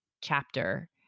chapter